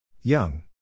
Young